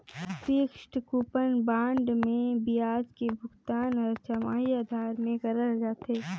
fixed coupon bond मे बियाज के भुगतान हर छमाही आधार में करल जाथे